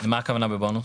למה הכוונה בבונוס?